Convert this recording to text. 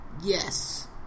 Yes